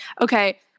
Okay